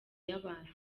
y’abantu